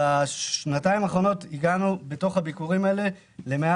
בשנתיים האחרונות הגענו במסגרת הביקורים האלה ליותר